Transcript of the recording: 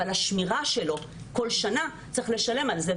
אבל השמירה שלו - כל שנה צריך לשלם על זה.